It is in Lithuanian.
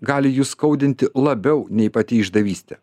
gali jus skaudinti labiau nei pati išdavystė